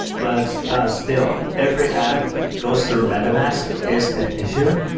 but ah still, every app goes through metamask is an issue,